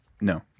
No